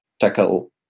tackle